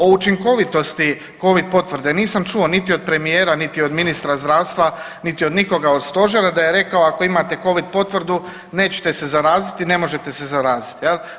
O učinkovitosti covid potvrde nisam čuo niti od premijera, niti od ministra zdravstva, niti od nikoga od stožera da je rekao ako imate covid potvrdu nećete se zaraziti i ne možete se zaraziti jel.